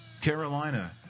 Carolina